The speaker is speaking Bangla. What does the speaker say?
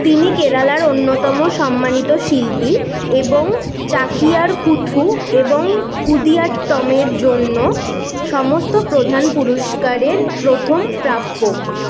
তিনি কেরালার অন্যতম সম্মানিত শিল্পী এবং চাকিয়ার কুথু এবং কুদিয়াট্টমের জন্য সমস্ত প্রধান পুরষ্কারের প্রথম প্রাপক